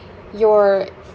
your